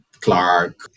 Clark